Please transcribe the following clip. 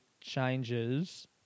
changes